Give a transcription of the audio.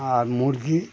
আর মুরগী